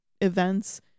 events